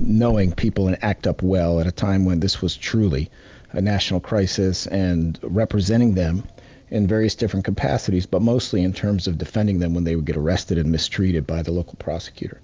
knowing people in act up well, at a time when this was truly a national crisis and representing them in various different capacities, but mostly in terms of defending them when they would get arrested and mistreated by the local prosecutor.